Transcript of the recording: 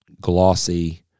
glossy